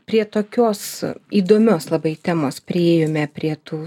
prie tokios įdomios labai temos priėjome prie tų